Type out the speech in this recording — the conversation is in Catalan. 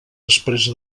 després